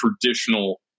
traditional